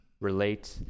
relate